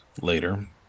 later